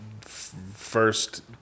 first